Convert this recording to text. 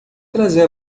trazer